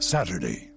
Saturday